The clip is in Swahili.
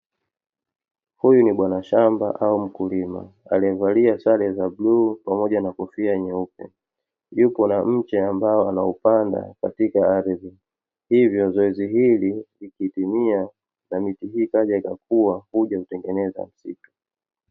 Huyu ni bwana shamba au mkulima, aliyevalia sare za bluu pamoja na kofia nyeupe. Yupo na mche anaopanda katika ardhi, hivyo zoezi hili likitimia na miti hii ikaja ikakua, huja hutengeneza msitu.